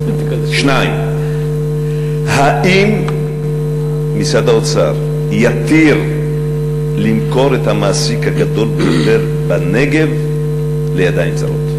2. האם משרד האוצר יתיר למכור את המעסיק הגדול ביותר בנגב לידיים זרות?